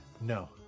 No